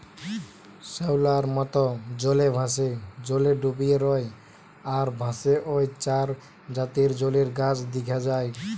শ্যাওলার মত, জলে ভাসে, জলে ডুবি রয় আর ভাসে ঔ চার জাতের জলের গাছ দিখা যায়